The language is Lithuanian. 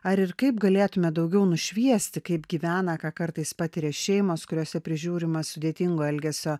ar ir kaip galėtumėme daugiau nušviesti kaip gyvena ką kartais patiria šeimos kuriose prižiūrimas sudėtingo elgesio